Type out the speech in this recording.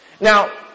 Now